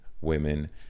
women